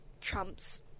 Trump's